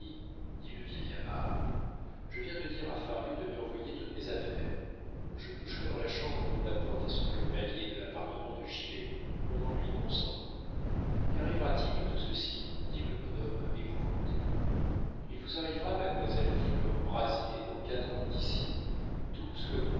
dit le vieil avare je viens de dire à fario de m'y envoyer toutes mes affaires je coucherai dans la chambre dont la porte est sur le palier de l'appartement de gilet mon oncle y consent qu'arrivera-t-il de tout ceci dit le bonhomme épouvanté il vous arrivera mademoiselle flore brazier dans quatre heures d'ici douce comme une